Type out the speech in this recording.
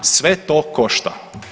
Sve to košta.